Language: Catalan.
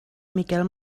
miquel